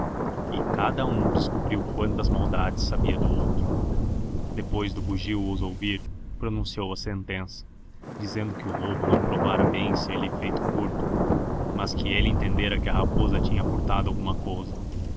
e cada hum descobrio quantas maldades sabia do outro depois do bogio os ouvir pronunciou a sentença dizendo que o lobo não provara bem ser-lhe feito furto mas que elle entendera que a rapoza tinha furtado alguma cou